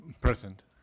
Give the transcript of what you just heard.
Present